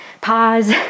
pause